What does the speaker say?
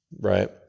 right